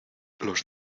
los